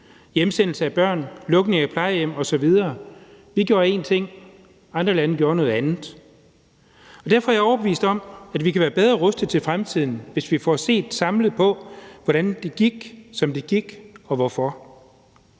hjemsendelse af børn, lukning af plejehjem osv. Vi gjorde én ting, andre lande gjorde noget andet. Derfor er jeg overbevist om, at vi kan være bedre rustet til fremtiden, hvis vi får set samlet på, hvordan det gik, og hvorfor